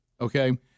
okay